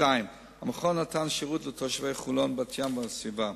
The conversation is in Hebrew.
2. המכון נתן שירות לתושבי חולון, בת-ים והסביבה.